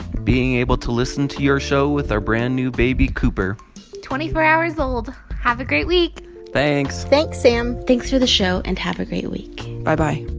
being able to listen to your show with our brand new baby, cooper twenty-four hours old. have great week thanks thanks, sam thanks for the show and have a great week bye-bye